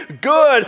good